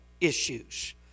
issues